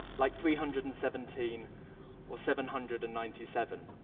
like three hundred and seventeen or seven hundred and ninety seven.